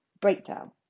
breakdown